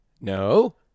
No